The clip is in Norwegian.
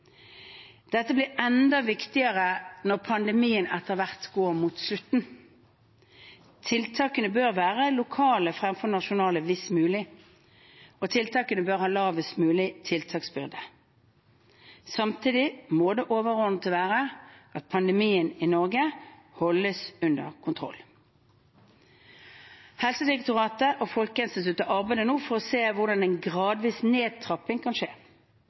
Dette blir enda viktigere når pandemien etter hvert går mot slutten. Tiltakene bør være lokale fremfor nasjonale hvis mulig, og tiltakene bør ha lavest mulig tiltaksbyrde. Samtidig må det overordnede være at pandemien i Norge holdes under kontroll. Helsedirektoratet og Folkehelseinstituttet arbeider nå for å se på hvordan en gradvis nedtrapping kan skje.